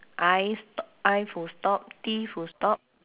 I st~ I full stop T full stop